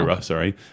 sorry